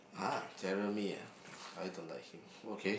ah Jeremy ah I don't like him okay